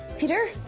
peter?